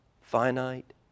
finite